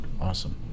Awesome